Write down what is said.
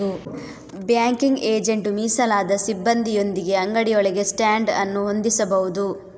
banking agent ಮೀಸಲಾದ ಸಿಬ್ಬಂದಿಯೊಂದಿಗೆ ಅಂಗಡಿಯೊಳಗೆ ಸ್ಟ್ಯಾಂಡ್ ಅನ್ನು ಹೊಂದಿಸಬಹುದು